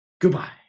Goodbye